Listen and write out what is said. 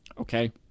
Okay